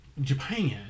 japan